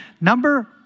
Number